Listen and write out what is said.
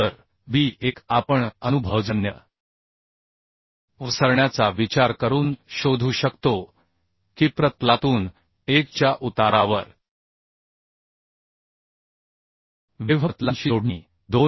तर b 1 आपण अनुभवजन्य पसरण्याचा विचार करून शोधू शकतो की प्रतलातून 1 च्या उतारावर वेव्ह प्रतलांशी जोडणी 2